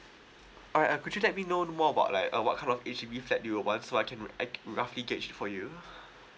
alright uh could you let me know more about like uh what kind of H_D_B flat do you want so I can act roughly gauge for you